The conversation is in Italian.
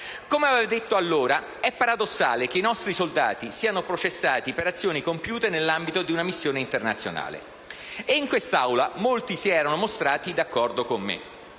Come avevo detto allora, è paradossale che i nostri soldati siano processati per azioni compiute nell'ambito di una missione internazionale, e in quest'Aula molti si erano mostrati d'accordo con me.